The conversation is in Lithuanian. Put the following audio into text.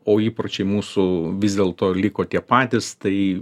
o įpročiai mūsų vis dėlto liko tie patys tai